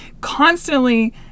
constantly